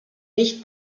nicht